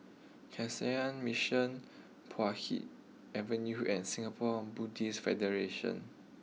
Canossian Mission Puay Hee Avenue and Singapore Buddhist Federation